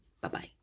Bye-bye